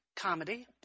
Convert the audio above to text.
Comedy